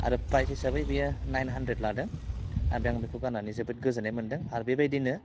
आरो प्राइस हिसाबै बेयो नाइन हाण्ड्रेड लादों आरो आं बेखौ गाननानै जोबोद गोजोननाय मोन्दों आरो बेबायदिनो